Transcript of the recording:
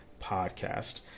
Podcast